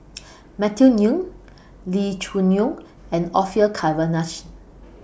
Matthew Ngui Lee Choo Neo and Orfeur Cavenagh